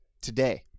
today